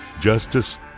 justice